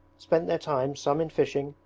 spent their time some in fishing,